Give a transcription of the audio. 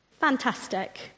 Fantastic